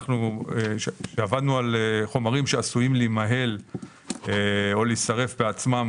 כשעברנו על חומרים שעשויים להימהל או להישרף בעצמם,